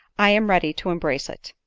i am ready to embrace it.